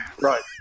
right